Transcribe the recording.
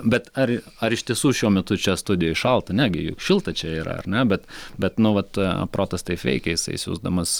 bet ar ar iš tiesų šiuo metu čia studijoj šalta ne gi juk šilta čia yra ar ne bet bet nu vat protas taip veikia jisai siųsdamas